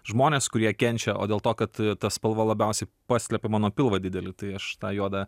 žmonės kurie kenčia o dėl to kad ta spalva labiausiai paslepia mano pilvą didelį tai aš tą juodą